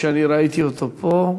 שאני ראיתי אותו פה.